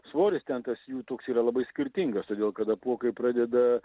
svoris ten tas jų toks yra labai skirtingas todėl kad apuokai pradeda